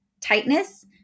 tightness